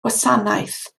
gwasanaeth